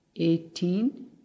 Eighteen